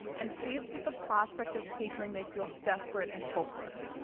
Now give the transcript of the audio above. and faced with the prospect of tapering, they feel desperate and hopeless.